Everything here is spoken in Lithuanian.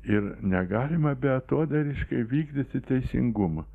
ir negalima beatodairiškai vykdyti teisingumą